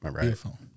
Beautiful